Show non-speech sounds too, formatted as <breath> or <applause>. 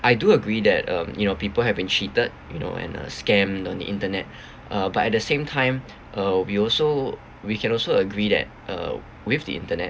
I do agree that um you know people have been cheated you know and um scammed on the internet <breath> uh but at the same time uh we also we can also agree that uh with the internet